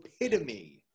epitome